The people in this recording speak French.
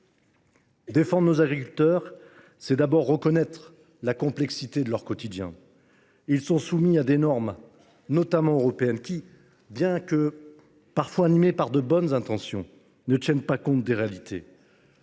Défendre nos agriculteurs, c’est d’abord reconnaître la complexité de leur quotidien. Ils sont soumis à des normes, notamment européennes, qui, bien que parfois inspirées par de bonnes intentions, ne tiennent pas compte des réalités.